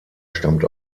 stammt